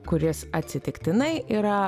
kuris atsitiktinai yra